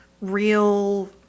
real